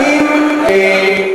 האם,